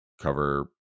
cover